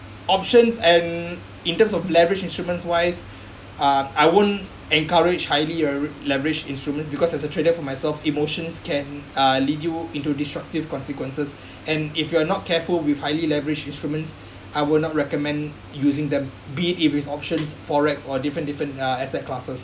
options and in terms of leverage instruments wise uh I won't encourage highly leveraged instruments because as a trader for myself emotions can uh lead you into disruptive consequences and if you are not careful with highly leveraged instruments I will not recommend using them be if options forex or different different uh asset classes